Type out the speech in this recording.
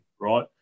right